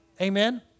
Amen